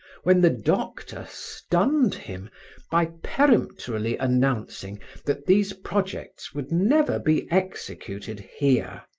when the doctor stunned him by peremptorily announcing that these projects would never be executed here.